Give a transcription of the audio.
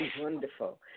wonderful